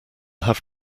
have